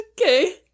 Okay